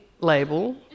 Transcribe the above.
label